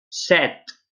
set